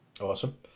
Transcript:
awesome